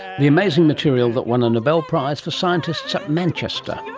the amazing material that won a nobel prize for scientists at manchester.